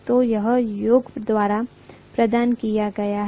तो यह योक द्वारा प्रदान किया गया है